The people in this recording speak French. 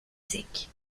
zec